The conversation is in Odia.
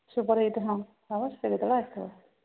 ସୁପର ହିଟ୍ ହଁ ହେବ ସେ ବି ସେତେବେଳେ ଆସିଥିବ